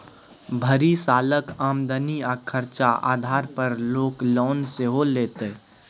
भरि सालक आमदनी आ खरचा आधार पर लोक लोन सेहो लैतै